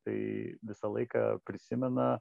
tai visą laiką prisimena